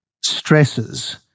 stresses